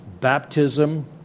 baptism